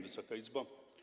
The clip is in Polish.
Wysoka Izbo!